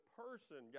person